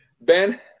Ben